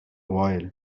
while